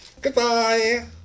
Goodbye